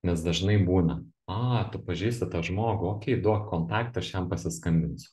nes dažnai būna a tu pažįsti tą žmogų okei duok kontaktą aš jam pasiskambinsiu